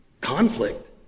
conflict